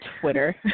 Twitter